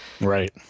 Right